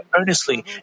earnestly